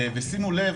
שימו לב